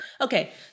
Okay